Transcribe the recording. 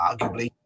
Arguably